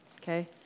Okay